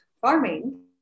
farming